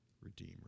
redeemer